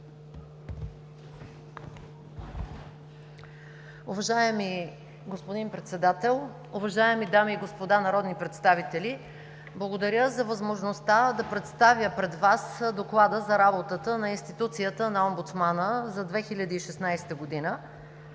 Уважаеми господин Председател, уважаеми дами и господа народни представители! Благодаря за възможността да представя пред Вас Доклада за работата на институцията на Омбудсмана за 2016 г.